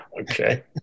Okay